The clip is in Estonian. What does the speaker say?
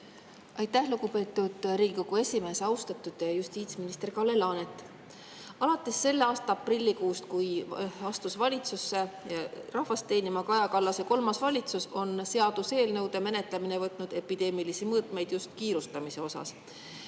Aitäh, lugupeetud Riigikogu esimees! Austatud justiitsminister Kalle Laanet! Alates selle aasta aprillikuust, kui astus [ametisse] rahvast teenima Kaja Kallase kolmas valitsus, on seaduseelnõude menetlemine võtnud epideemilisi mõõtmeid, just kiirustamise mõttes.